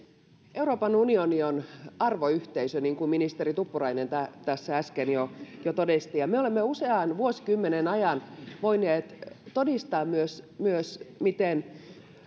euroopan unioni on arvoyhteisö niin kuin ministeri tuppurainen tässä äsken jo jo todisti me olemme usean vuosikymmenen ajan voineet todistaa myös myös miten